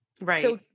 Right